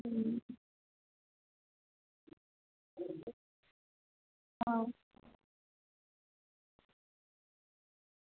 હમ